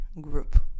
group